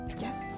yes